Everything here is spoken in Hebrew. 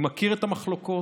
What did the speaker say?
אני מכיר את המחלוקות,